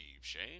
Shane